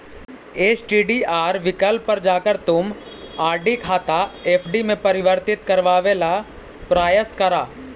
STDR विकल्प पर जाकर तुम आर.डी खाता एफ.डी में परिवर्तित करवावे ला प्रायस करा